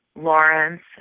Lawrence